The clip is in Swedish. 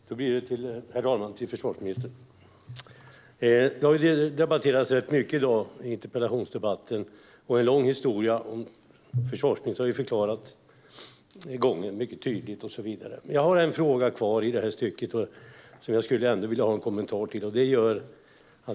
Herr talman! Min fråga går till försvarsministern. Det har debatterats ganska mycket i dag i interpellationsdebatten, och försvarsministern har förklarat gången mycket tydligt. Jag har en fråga kvar om det här som jag vill ha en kommentar till.